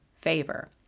favor